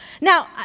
Now